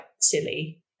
silly